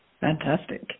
Fantastic